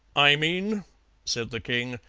i mean said the king,